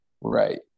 Right